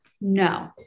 No